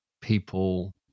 people